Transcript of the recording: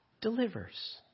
delivers